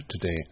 today